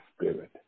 spirit